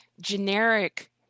generic